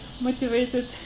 motivated